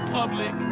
public